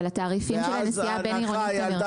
אבל התעריפים של הנסיעה הבין-עירונית ירדו.